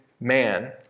man